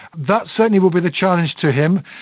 that certainly will be the challenge to him.